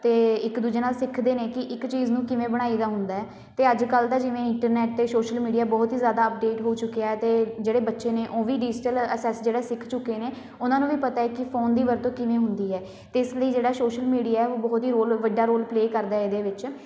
ਅਤੇ ਇੱਕ ਦੂਜੇ ਨਾਲ ਸਿੱਖਦੇ ਨੇ ਕਿ ਇੱਕ ਚੀਜ਼ ਨੂੰ ਕਿਵੇਂ ਬਣਾਈ ਦਾ ਹੁੰਦਾ ਅਤੇ ਅੱਜ ਕੱਲ੍ਹ ਦਾ ਜਿਵੇਂ ਇੰਟਰਨੈਟ ਅਤੇ ਸੋਸ਼ਲ ਮੀਡੀਆ ਬਹੁਤ ਹੀ ਜ਼ਿਆਦਾ ਅਪਡੇਟ ਹੋ ਚੁੱਕਿਆ ਹੈ ਅਤੇ ਜਿਹੜੇ ਬੱਚੇ ਨੇ ਉਹ ਵੀ ਡਿਜੀਟਲ ਅਸੈਸ ਜਿਹੜਾ ਸਿੱਖ ਚੁੱਕੇ ਨੇ ਉਹਨਾਂ ਨੂੰ ਵੀ ਪਤਾ ਆ ਕਿ ਫੋਨ ਦੀ ਵਰਤੋਂ ਕਿਵੇਂ ਹੁੰਦੀ ਹੈ ਅਤੇ ਇਸ ਲਈ ਜਿਹੜਾ ਸੋਸ਼ਲ ਮੀਡੀਆ ਹੈ ਉਹ ਬਹੁਤ ਹੀ ਰੋਲ ਵੱਡਾ ਰੋਲ ਪਲੇ ਕਰਦਾ ਇਹਦੇ ਵਿੱਚ